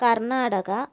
Karnataka